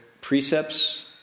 precepts